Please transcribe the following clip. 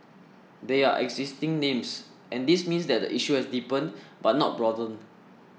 they are existing names and this means that the issue has deepened but not broadened